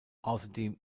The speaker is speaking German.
außerdem